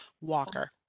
Walker